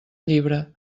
llibre